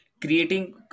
creating